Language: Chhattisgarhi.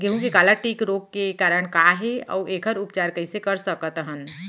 गेहूँ के काला टिक रोग के कारण का हे अऊ एखर उपचार कइसे कर सकत हन?